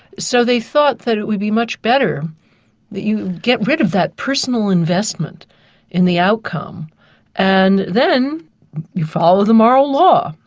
so they thought that it would be much better if you get rid of that personal investment in the outcome and then you follow the moral law.